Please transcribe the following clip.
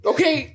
Okay